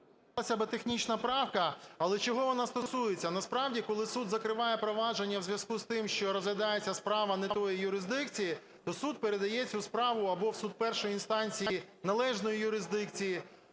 пане Голово! Це технічна правка, але чого вона стосується? Насправді, коли суд закриває провадження у зв'язку з тим, що розглядається справа не тої юрисдикції, то суд передає цю справу або в суд першої інстанції належної юрисдикції